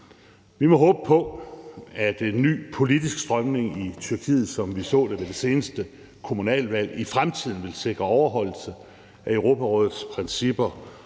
Vi må håbe på, at en ny politisk strømning i Tyrkiet, som vi så det ved det seneste kommunalvalg, i fremtiden vil sikre overholdelse af Europarådets principper